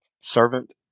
servant